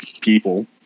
people